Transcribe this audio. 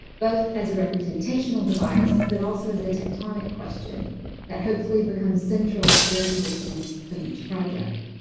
both as a representational device, but also as a tectonic question that hopefully becomes central to the positioning of each project.